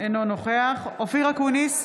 אינו נוכח אופיר אקוניס,